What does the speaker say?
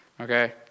Okay